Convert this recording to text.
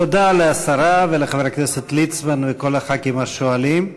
תודה לשרה ולחבר הכנסת ליצמן ולכל חברי הכנסת השואלים.